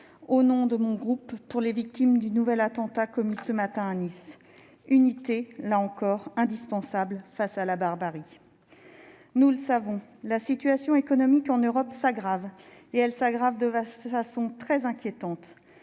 au nom du groupe RDPI, aux victimes du nouvel attentat commis ce matin à Nice. L'unité est là encore indispensable face à la barbarie. Nous le savons, la situation économique en Europe s'aggrave, et ce de façon très inquiétante.